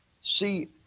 See